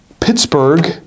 Pittsburgh